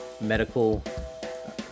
medical